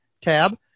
tab